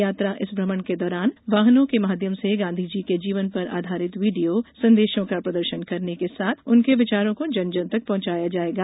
यात्रा इस भ्रमण के दौरान वाहनों के माध्यम से गांधी जी के जीवन पर आधारित वीडियो संदेशों का प्रदर्शन करने के साथ उनके विचारों को जन जन तक पहंचाया जाएगा